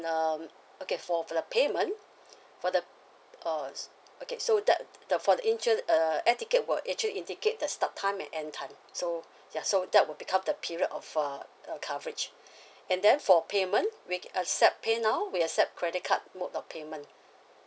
um okay for the payment for the err okay so that the for the insur~ uh air ticket will actually indicate the start time and end time so ya so that will become the period of uh uh coverage and then for payment we accept paynow we accept credit card mode of payment